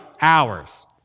hours